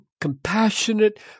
compassionate